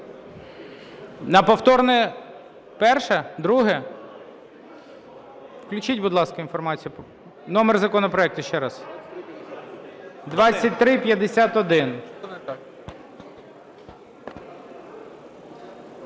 На повторне перше, друге? Включіть, будь ласка, інформацію, номер законопроекту ще раз, 2351.